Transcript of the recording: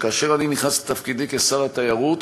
שכאשר אני נכנסתי לתפקידי כשר התיירות,